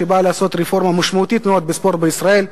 שבא לעשות רפורמה משמעותית מאוד בספורט בישראל.